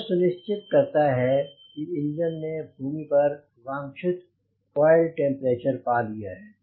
यह सुनिश्चित करता है कि इंजन ने भूमि पर का वांछित आयल टेम्परेचर पा लिया है